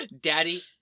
Daddy